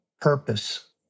purpose